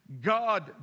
God